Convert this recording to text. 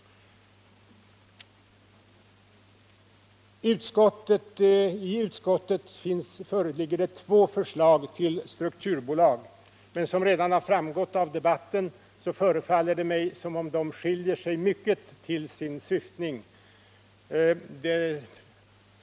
I utskottsbetänkandet föreligger två förslag till strukturbolag. Som redan har framgått av debatten förefaller det som om de skiljer sig mycket till sin syftning.